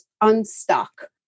unstuck